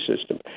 system